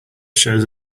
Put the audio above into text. shows